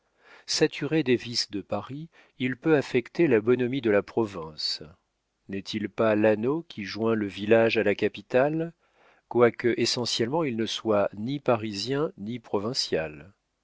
saturé des vices de paris il peut affecter la bonhomie de la province n'est-il pas l'anneau qui joint le village à la capitale quoique essentiellement il ne soit ni parisien ni provincial